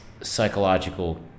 psychological